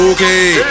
Okay